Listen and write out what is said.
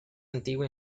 antigua